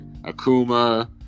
Akuma